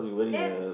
then